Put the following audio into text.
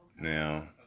Now